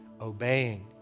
obeying